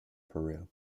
peru